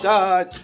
God